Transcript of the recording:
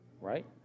right